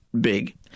Big